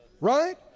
Right